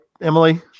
Emily